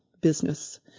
business